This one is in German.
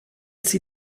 sie